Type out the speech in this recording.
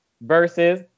Versus